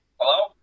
Hello